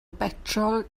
betrol